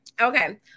Okay